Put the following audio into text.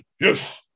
yes